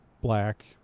black